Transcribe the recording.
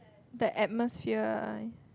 the atmosphere